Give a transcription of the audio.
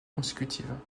consécutive